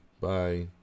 Bye